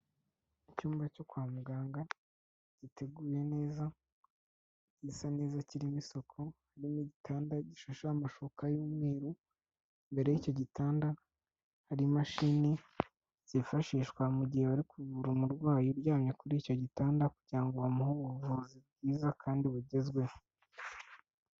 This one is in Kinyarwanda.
Icyumba cyo kwa muganga, giteguye neza, gisa neza, kirimo isuku, hari n'igitanda gishasheho amashuka y'umweru, imbere y'icyo gitanda hari imashini zifashishwa mu gihe bari kuvura umurwayi uryamye kuri icyo gitanda kugira ngo bamuhe ubuvuzi bwiza kandi bugezweho.